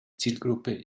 zielgruppe